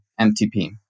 MTP